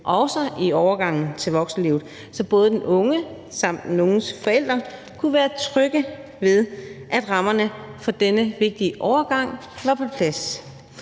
også i overgangen til voksenlivet, så både den unge samt den unges forældre kunne være trygge ved, at rammerne for denne vigtige overgang var på plads.